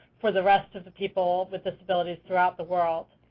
for the rest of the people with disabilities throughout the world.